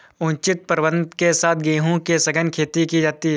उचित प्रबंधन के साथ गेहूं की सघन खेती की जाती है